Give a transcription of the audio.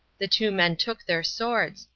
the two men took their swords.